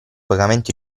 pagamento